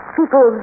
people